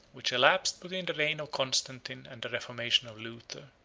which elapsed between the reign of constantine and the reformation of luther,